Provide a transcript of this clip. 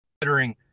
considering